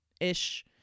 ish